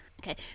okay